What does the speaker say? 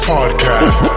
Podcast